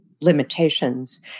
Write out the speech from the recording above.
limitations